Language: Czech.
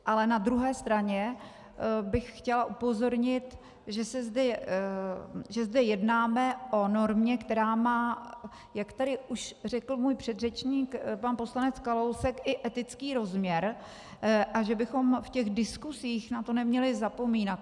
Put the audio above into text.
Ale na druhé straně bych chtěla upozornit, že zde jednáme o normě, která má, jak tady už řekl můj předřečník pan poslanec Kalousek, i etický rozměr, a že bychom v těch diskusích na to neměli zapomínat.